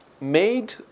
made